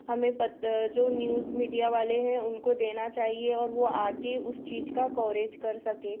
हमें पत जो न्यूज़ मीडिया वाले है उनको देना चाहिए और वह आकर उस चीज़ का कवरेज कर सके